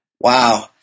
Wow